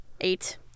Eight